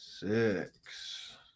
Six